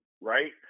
right